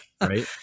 right